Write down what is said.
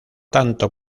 tanto